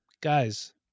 Guys